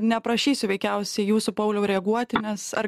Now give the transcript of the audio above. neprašysiu veikiausiai jūsų pauliau reaguoti nes ar